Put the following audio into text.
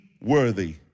worthy